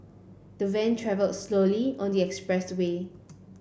the van travel slowly on the express way